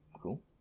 cool